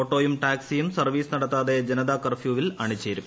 ഓട്ടോയും ടാക്സിയും സർവീസ് നടത്താതെ ജനതാ കർഫ്യൂവിൽ അണിചേരും